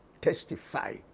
testify